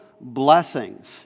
blessings